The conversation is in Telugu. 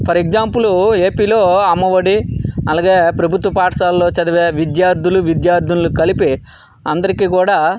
ఫర్ ఎగ్జామ్పుల్ ఏపీలో అమ్మఒడి అలాగే ప్రభుత్వ పాఠశాలలో చదివే విద్యార్థులు విద్యార్థినిలు కలిపి అందరికీ కూడా